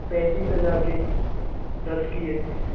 पैंतीस हज़ार की दस की है